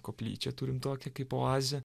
koplyčią turim tokią kaip oazę